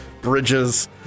bridges